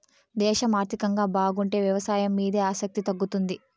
దేశం ఆర్థికంగా బాగుంటే వ్యవసాయం మీద ఆసక్తి తగ్గుతుంది